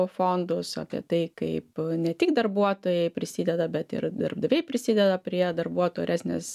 fondus apie tai kaip ne tik darbuotojai prisideda bet ir darbdaviai prisideda prie darbuotojų oresnės